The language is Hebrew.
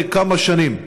זה כמה שנים.